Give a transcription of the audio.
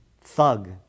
thug